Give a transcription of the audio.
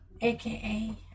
aka